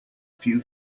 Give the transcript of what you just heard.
few